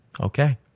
Okay